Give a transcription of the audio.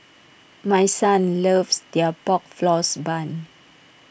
my son loves their Pork Floss Bun